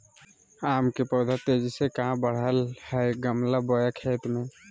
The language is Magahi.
आम के पौधा तेजी से कहा बढ़य हैय गमला बोया खेत मे?